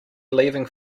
leaving